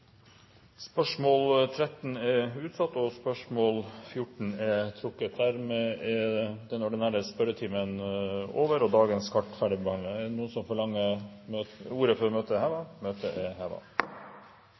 Spørsmål 12 er allerede behandlet. Dette spørsmålet er utsatt til neste spørretime. Dette spørsmålet er trukket tilbake. Sak nr. 3, Referat, er allerede behandlet. Dermed er den ordinære spørretimen over og dagens kart ferdigbehandlet. Forlanger noen ordet før